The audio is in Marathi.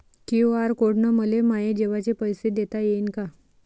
क्यू.आर कोड न मले माये जेवाचे पैसे देता येईन का?